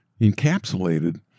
encapsulated